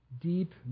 deep